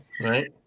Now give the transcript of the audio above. Right